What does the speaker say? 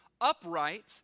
upright